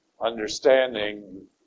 understanding